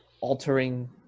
altering